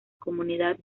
comunidad